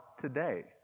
today